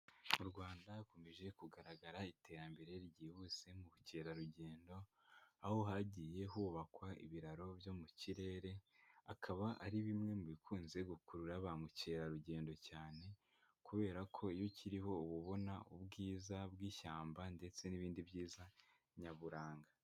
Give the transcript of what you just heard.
Mu Rwanda hakomeje kugaragara iterambere ryihuse mu bukerarugendo, aho hagiye hubakwa ibiraro byo mu kirere akaba ari bimwe mu bikunze gukurura ba mukerarugendo cyane kubera ko iyo ukiriho uba ubona ubwiza bw'ishyamba ndetse n'ibindi byiza nyaburanga.